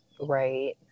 right